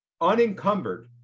unencumbered